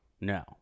no